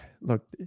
look